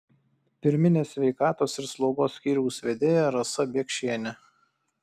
pirminės sveikatos ir slaugos skyriaus vedėja rasa biekšienė